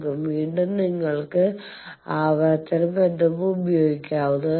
വീണ്ടും നിങ്ങൾക്ക് ആവർത്തന ബന്ധം ഉപയോഗിക്കാവുന്നതാണ്